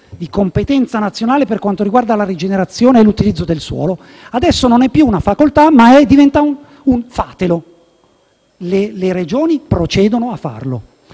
di competenza nazionale per quanto riguarda la rigenerazione e l'utilizzo del suolo; adesso non è più una facoltà ma diventa un «fatelo»: le Regioni procedono a farlo.